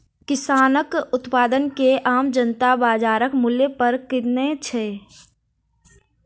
किसानक उत्पाद के आम जनता बाजारक मूल्य पर किनैत छै